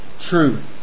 truth